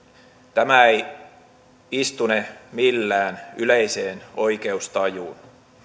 tämä ei istune millään yleiseen oikeustajuun